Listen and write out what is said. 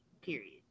period